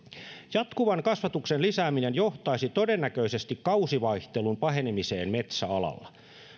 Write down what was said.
jatkuvan kasvatuksen lisääminen johtaisi todennäköisesti kausivaihtelun pahenemiseen metsäalalla